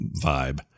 vibe